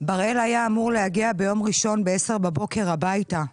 בראל היה אמור להגיע ביום ראשון ב-10:00 בבוקר הביתה.